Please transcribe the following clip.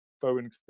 Bowen